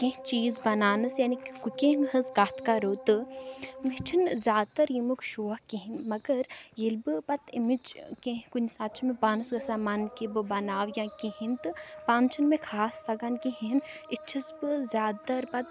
کیٚنٛہہ چیٖز بَناونَس یعنے کہِ کُکِنٛگ ہٕنٛز کَتھ کَرو تہٕ مےٚ چھِنہٕ زیادٕ تَر ییٚمیُک شوق کِہیٖنۍ مگر ییٚلہِ بہٕ پَتہٕ اَمِچ کیٚنٛہہ کُنہِ ساتہٕ چھُنہٕ مےٚ پانَس گژھان مَن کہِ بہٕ بَناو یا کِہیٖنۍ تہٕ پانہٕ چھُنہٕ مےٚ خاص تَگان کِہیٖنۍ اِتھ چھَس بہٕ زیادٕ تَر پَتہٕ